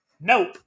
Nope